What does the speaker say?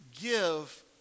Give